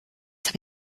habe